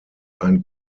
ein